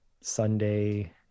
Sunday